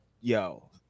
yo